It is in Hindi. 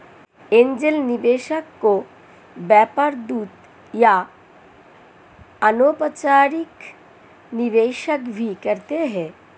एंजेल निवेशक को व्यापार दूत या अनौपचारिक निवेशक भी कहते हैं